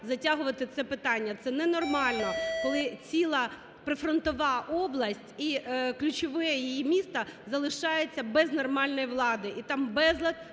затягувати це питання, це ненормально, коли ціла прифронтова область і ключове її місто залишаються без нормальної влади